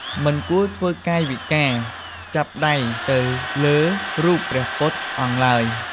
មិនគួរធ្វើកាយវិការ ចាប់ដៃទៅលើរូបព្រះពុទ្ធអង្គឡើយ។